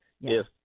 Yes